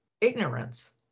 Ignorance